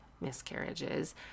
miscarriages